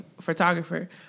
photographer